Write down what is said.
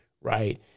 right